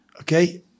Okay